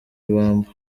ibamba